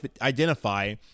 identify